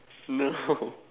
no